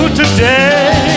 today